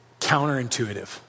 counterintuitive